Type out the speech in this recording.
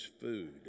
food